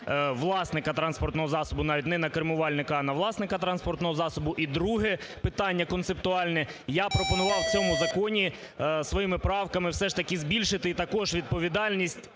власника транспортного засобу, навіть не на кермувальника, а на власника транспортного засобу. І друге питання концептуальне. Я пропонував у цьому законі своїми правками все ж таки збільшити також відповідальність